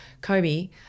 Kobe